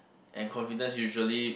and confidence usually